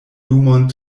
lumon